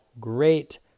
great